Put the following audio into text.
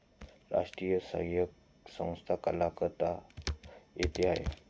राष्ट्रीय सांख्यिकी संस्था कलकत्ता येथे आहे